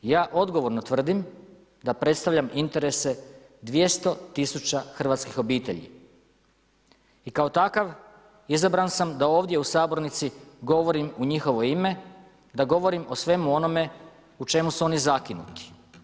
Ja odgovorno tvrdim da predstavljam interese 200 tisuća hrvatskih obitelji i kao takav izabran sam da ovdje u sabornici govorim u njihovo ime, da govorim o svemu onome u čemu su oni zakinuti.